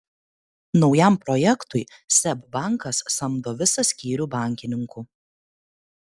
naujam projektui seb bankas samdo visą skyrių bankininkų